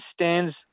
stands